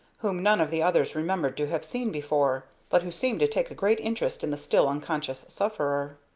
whom none of the others remembered to have seen before, but who seemed to take a great interest in the still unconscious sufferer.